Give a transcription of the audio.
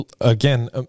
again